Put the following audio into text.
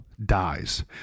Dies